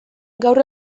gaur